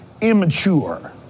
Immature